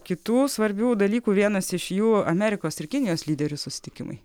kitų svarbių dalykų vienas iš jų amerikos ir kinijos lyderių susitikimai